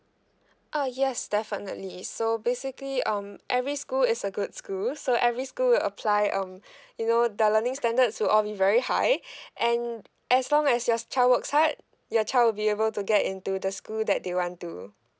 uh yes definitely so basically um every school is a good school so every school you apply um you know the learning standards will all be very high and as long as your child works hard your child will be able to get into the school that they want to